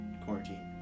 quarantine